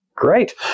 Great